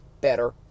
better